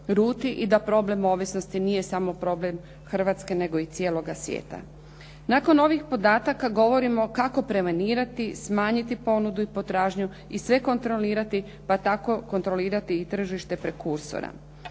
i da problem ovisnosti nije samo problem Hrvatske nego i cijeloga svijeta. Nakon ovih podataka govorimo kako …/Govornica se ne razumije./…, smanjiti ponudu i potražnju i sve kontrolirati, pa tako i kontrolirati tržište …/Govornica